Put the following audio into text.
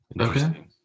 Okay